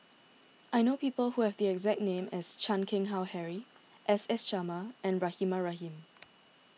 I know people who have the exact name as Chan Keng Howe Harry S S Sarma and Rahimah Rahim